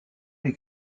est